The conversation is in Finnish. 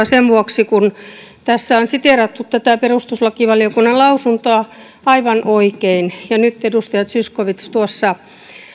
sen vuoksi kun tässä on siteerattu tätä perustuslakivaliokunnan lausuntoa aivan oikein ja nyt edustaja zyskowicz tuossa